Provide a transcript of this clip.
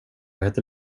heter